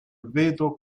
veto